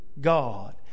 God